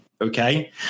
okay